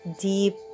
deep